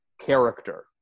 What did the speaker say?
character